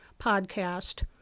podcast